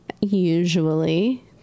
usually